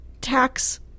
tax